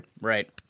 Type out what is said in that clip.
Right